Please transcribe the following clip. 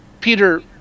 Peter